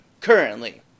currently